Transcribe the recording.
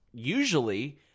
Usually